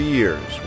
years